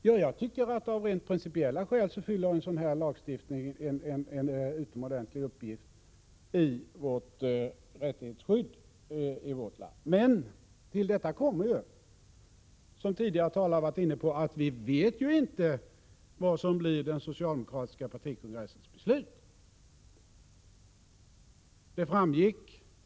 Jo, jag tycker att av rent principiella skäl fyller en sådan lagstiftning en utomordentligt viktig uppgift i rättighetsskyddet i vårt land. Men till detta kommer — som tidigare talare varit inne på — att vi inte vet vad som blir den socialdemokratiska partikongressens beslut.